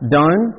done